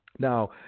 Now